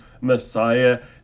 Messiah